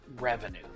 revenue